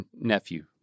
nephew